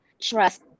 trust